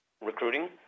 recruiting